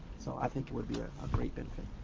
so, i think it would be a great benefit.